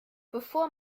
bevor